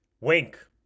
Wink